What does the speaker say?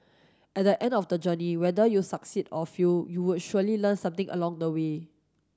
at the end of the journey whether you succeed or fail you would surely learn something along the way